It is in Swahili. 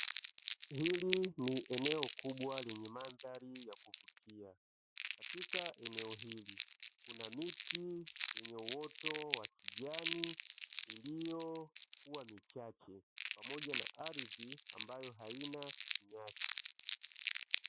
Hili ni eneo kubwa lenye mandhari ya kuvutia. Katika eneo hili kuna miti yenye uoto wa kijani iliyokuwa michache, pamoja na ardhi ambayo haina nyasi.